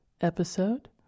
episode